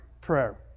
Prayer